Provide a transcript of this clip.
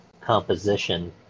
composition